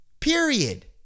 period